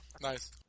Nice